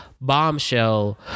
bombshell